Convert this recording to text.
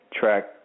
track